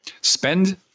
spend